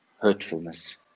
hurtfulness